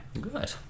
Good